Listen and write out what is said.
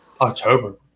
October